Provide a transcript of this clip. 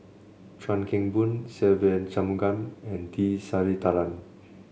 Chuan Keng Boon Se Ve Shanmugam and T Sasitharan